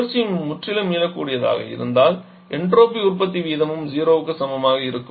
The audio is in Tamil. சுழற்சி முற்றிலும் மீளக்கூடியதாக இருந்தால் என்ட்ரோபி உற்பத்தியின் வீதமும் 0 க்கு சமமாக இருக்கும்